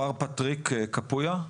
מר פטריק קפויה,